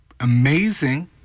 amazing